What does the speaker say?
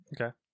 Okay